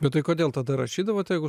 bet tai kodėl tada rašydavot jeigu